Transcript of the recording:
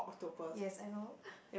yes I know